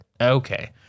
Okay